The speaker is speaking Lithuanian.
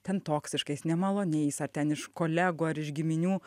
ten toksiškais nemaloniais ar ten iš kolegų ar iš giminių